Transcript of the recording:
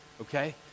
Okay